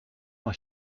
noch